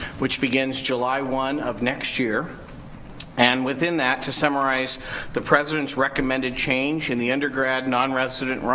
which begins july one of next year and within that, to summarize the president's recommended change in the undergrad nonresident,